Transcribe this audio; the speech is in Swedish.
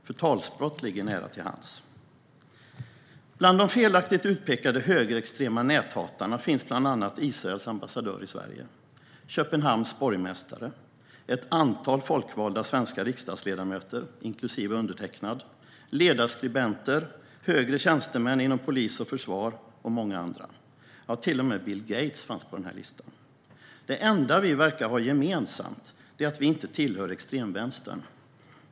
Förtalsbrott ligger nära till hands. Bland de felaktigt utpekade högerextrema näthatarna finns bland annat Israels ambassadör i Sverige, Köpenhamns borgmästare, ett antal folkvalda svenska riksdagsledamöter - inklusive jag själv - ledarskribenter, högre tjänstemän inom polis och försvar och många andra. Till och med Bill Gates fanns på listan. Det enda vi verkar ha gemensamt är att vi inte tillhör extremvänstern.